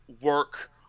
work